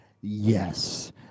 yes